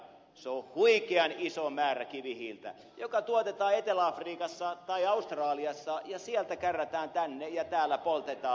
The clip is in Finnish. se on huikean iso määrä kivihiiltä joka tuotetaan etelä afrikassa tai australiassa ja sieltä kärrätään tänne ja täällä poltetaan